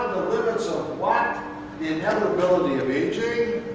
limits of what the inevitability of aging,